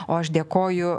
o aš dėkoju